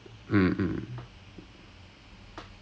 அதான் அதான்:athaan athaan lah so